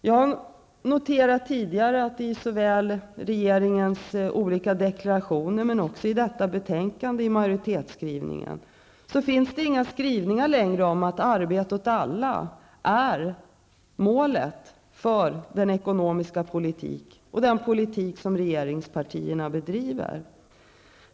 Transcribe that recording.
Jag har tidigare noterat att det i regeringens deklarationer och i majoritetsskrivningen i detta betänkande inte längre finns några uttalanden om att arbete åt alla är målet för den ekonomiska politik som regringspartierna bedriver.